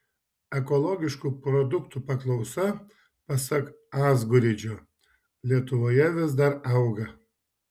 ekologiškų produktų paklausa pasak azguridžio lietuvoje vis dar auga